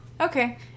Okay